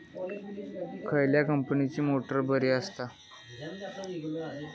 खयल्या कंपनीची मोटार बरी असता?